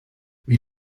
wie